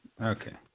Okay